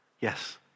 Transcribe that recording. Yes